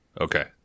Okay